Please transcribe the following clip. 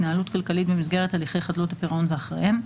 התנהלות כלכלית במסגרת הליכי חדלות הפירעון ואחריהם,